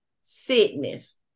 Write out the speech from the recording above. sickness